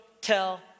tell